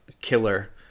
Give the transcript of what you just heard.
killer